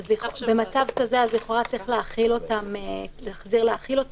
במצב כזה לכאורה צריך להחזיר להחיל אותם,